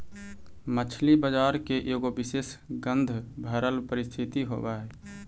मछली बजार के एगो विशेष गंधभरल परिस्थिति होब हई